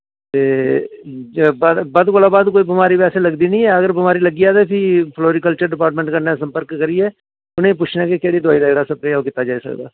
ते बद्ध कोल बद्ध कोई बमारी बैसे लगदी निं ऐ अगर बमारी कोई लग्गी जाऽ ते फ्ही फ्लोरीकल्चर डिपार्टमैंट कन्नै संपर्क करियै उ'नेंगी पुच्छना के केह्ड़ी दोआई दा जेह्ड़ा स्प्रेऽ ऐ ओह् कीता जाई सकदा